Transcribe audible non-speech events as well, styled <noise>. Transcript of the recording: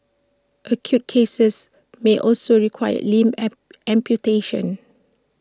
acute cases may also require limb <hesitation> amputations